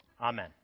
Amen